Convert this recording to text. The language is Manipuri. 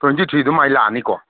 ꯇ꯭ꯋꯦꯟꯇꯤ ꯊ꯭ꯔꯤ ꯑꯗꯨꯃꯥꯏ ꯂꯥꯛꯑꯅꯤꯀꯣ